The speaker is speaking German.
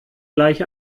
gleich